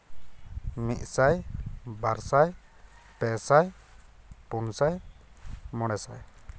ᱢᱤᱫ ᱥᱟᱭ ᱵᱟᱨ ᱥᱟᱭ ᱯᱮᱥᱟᱭ ᱯᱩᱱᱥᱟᱭ ᱢᱚᱬᱮ ᱥᱟᱭ